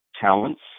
talents